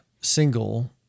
single